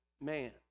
man